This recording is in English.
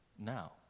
now